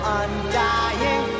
undying